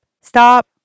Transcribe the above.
Stop